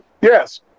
Yes